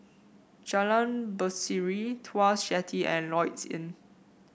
Jalan Berseri Tuas Jetty and Lloyds Inn